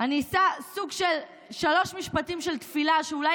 אני אשא שלושה משפטים של תפילה שאולי